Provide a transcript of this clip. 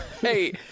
Hey